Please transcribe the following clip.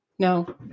No